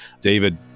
David